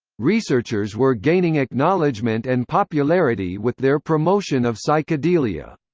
researchers were gaining acknowledgment and popularity with their promotion of psychedelia.